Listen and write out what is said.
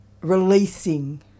releasing